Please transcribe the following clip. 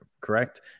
correct